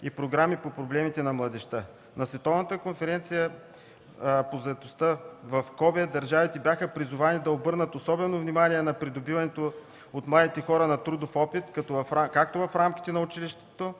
и програми по проблемите на младежта. На Световната конференция по заетостта в Кобе държавите бяха призовани да обърнат особено внимание на придобиването от младите хора на трудов опит както в рамките на училището,